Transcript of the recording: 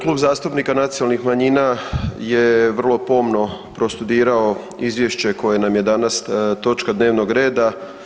Klub zastupnika nacionalnih manjina je vrlo pomno prostudirao Izvješće koje nam je danas točka dnevnog reda.